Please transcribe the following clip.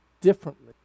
differently